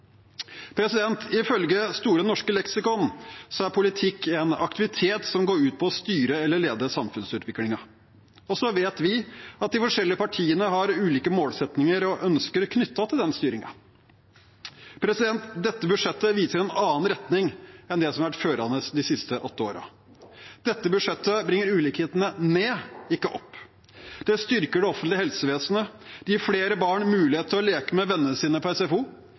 Ifølge Store norske leksikon er politikk en aktivitet som går ut på å styre eller lede samfunnsutviklingen. Så vet vi at de forskjellige partiene har ulike målsettinger og ønsker knyttet til den styringen. Dette budsjettet viser en annen retning enn den som har vært førende de siste åtte årene. Dette budsjettet bringer ulikhetene ned, ikke opp. Det styrker det offentlige helsevesenet. Det gir flere barn mulighet til å leke med vennene sine på SFO.